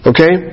Okay